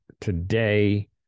today